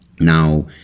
Now